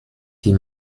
die